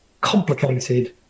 complicated